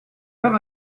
heure